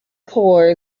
core